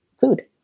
food